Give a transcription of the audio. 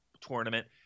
tournament